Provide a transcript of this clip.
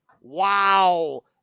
Wow